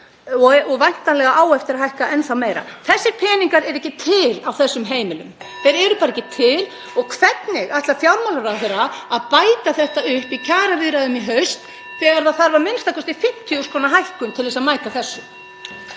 og á væntanlega enn eftir að hækka. Þessir peningar eru ekki til á þessum heimilum, þeir eru bara ekki til. Og hvernig ætlar fjármálaráðherra að bæta þetta upp í kjaraviðræðum í haust þegar það þarf a.m.k. 50.000 kr. hækkun til að mæta þessu?